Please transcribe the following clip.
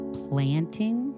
planting